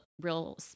real